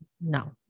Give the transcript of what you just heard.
no